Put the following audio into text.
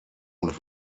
und